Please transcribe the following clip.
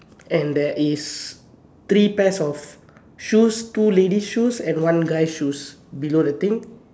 and there is three pairs of shoes two ladies shoes and one guys shoes below the thing